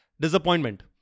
disappointment